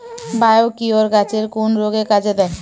Biocure গাছের কোন রোগে কাজেদেয়?